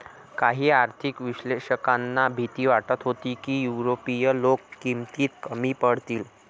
काही आर्थिक विश्लेषकांना भीती वाटत होती की युरोपीय लोक किमतीत कमी पडतील